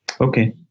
okay